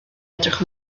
edrych